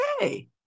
Okay